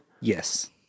Yes